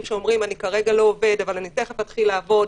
שאומרים: אני כרגע לא עובד אבל אני תכף אתחיל לעבוד.